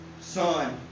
son